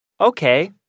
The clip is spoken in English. Okay